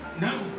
No